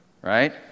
right